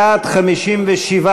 בעד, 57,